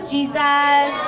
Jesus